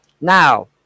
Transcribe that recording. Now